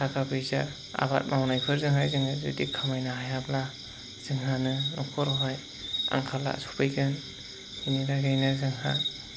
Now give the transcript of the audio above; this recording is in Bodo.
थाखा फैसा आबाद मावनायफोरजोंहाय जोङो जुदि खामायनो हायाब्ला जोंहानो न'खराव आंखाल सफैगोन बिनि थाखायनो जोंहा